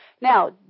Now